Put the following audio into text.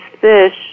Fish